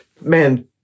man